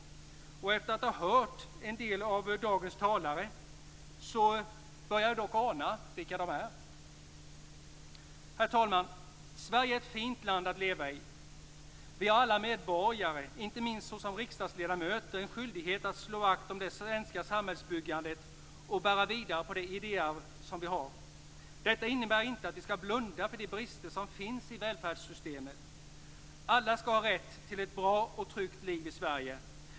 Efter att ha hört en del av dagens talare börjar jag dock ana vilka de är. Herr talman! Sverige är ett fint land att leva i. Alla vi medborgare har, inte minst som riksdagsledamöter, en skyldighet att slå vakt om det svenska samhällsbyggandet och bära det idéarv vi har vidare. Detta innebär inte att vi skall blunda för de brister som finns i välfärdssystemen. Alla skall ha rätt till ett bra och tryggt liv i Sverige.